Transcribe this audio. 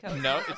No